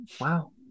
Wow